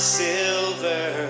silver